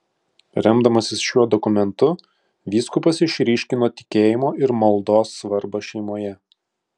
remdamasis šiuo dokumentu vyskupas išryškino tikėjimo ir maldos svarbą šeimoje